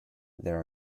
there